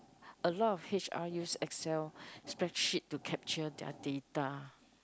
a lot H_R use Excel spreadsheet to capture their data